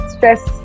Stress